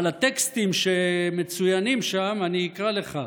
אבל הטקסטים שמצוינים שם, אני אקרא לך: